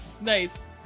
Nice